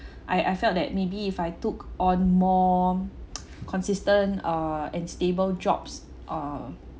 I I felt that maybe if I took on more consistent err and stable jobs uh